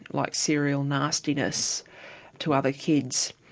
like serial nastiness to other kids,